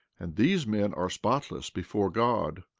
and these men are spotless before god.